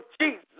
Jesus